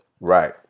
Right